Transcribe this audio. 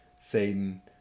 Satan